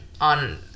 on